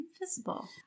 Invisible